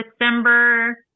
December